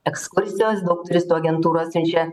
ekskursijos daug turistų agentūrų atsiunčia